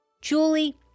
Julie